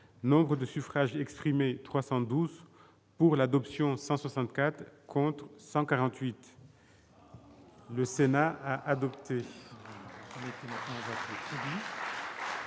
Nombre de suffrages exprimés 312 pour l'adoption 164 contre 148. Le Sénat a adopté.